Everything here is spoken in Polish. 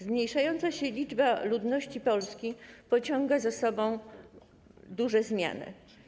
Zmniejszająca się liczba ludności Polski pociąga za sobą duże zmiany.